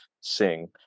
sing